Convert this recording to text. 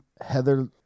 Heather